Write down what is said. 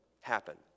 happen